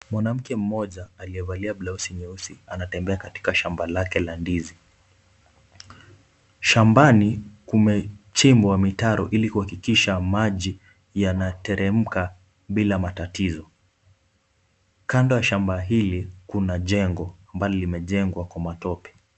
Mwanamke mmoja aliyevalia blausi nyeusi anatembea katika shamba lake la ndizi. Shambani kumechimbwa mitaro ili kuhakikisha maji yanateremka bila matatizo. Kando ya shamba hili kuna jengo ambalo limejengwa kwa matope.